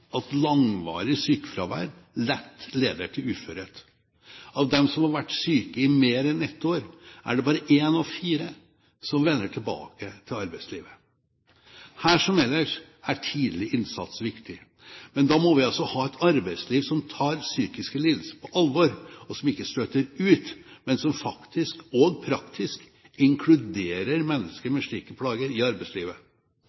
at langvarig sykefravær lett leder til uførhet. Av dem som har vært syke i mer enn ett år, er det bare én av fire som vender tilbake til arbeidslivet. Her, som ellers, er tidlig innsats viktig. Men da må vi altså ha et arbeidsliv som tar psykiske lidelser på alvor, og som ikke støter ut mennesker, men som faktisk og praktisk inkluderer mennesker